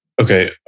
Okay